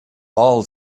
all